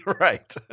Right